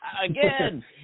Again